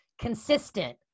consistent